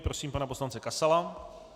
Prosím pana poslance Kasala.